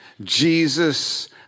Jesus